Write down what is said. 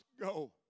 go